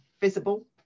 Visible